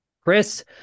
chris